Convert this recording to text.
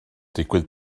digwydd